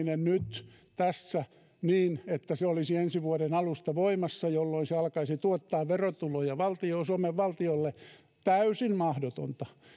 sen toteuttaminen nyt tässä niin että se olisi ensi vuoden alusta voimassa jolloin se alkaisi tuottaa verotuloja suomen valtiolle on täysin mahdotonta